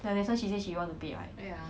and that's why she says she you wanna be right ya